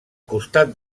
costat